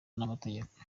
n’amategeko